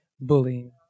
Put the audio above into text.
bullying